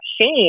shame